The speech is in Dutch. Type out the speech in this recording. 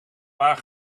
waar